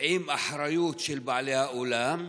עם אחריות של בעלי האולם,